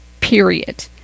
period